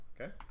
Okay